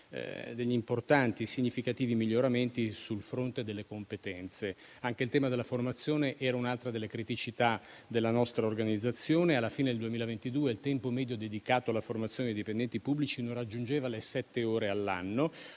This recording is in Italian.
anche importanti e significativi miglioramenti sul fronte delle competenze. Anche il tema della formazione era un'altra delle criticità della nostra organizzazione. Alla fine del 2022, il tempo medio dedicato alla formazione dei dipendenti pubblici non raggiungeva le sette ore all'anno.